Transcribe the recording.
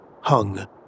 hung